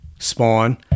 spawn